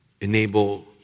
enable